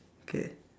kay